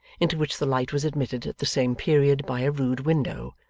into which the light was admitted at the same period by a rude window,